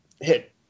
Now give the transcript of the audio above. hit